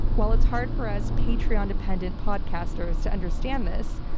while it's hard for us patreon-dependent podcasters to understand this,